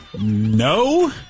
No